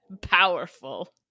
powerful